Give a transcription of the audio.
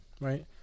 right